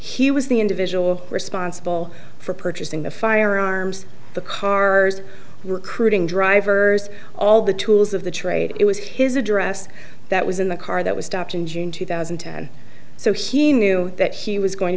he was the individual responsible for purchasing the firearms the cars recruiting drivers all the tools of the trade it was his address that was in the car that was stopped in june two thousand and ten so he knew that he was going to